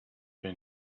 been